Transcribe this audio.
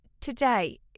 today